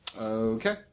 Okay